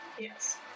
Yes